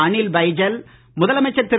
அனில் பைஜல் முதலமைச்சர் திரு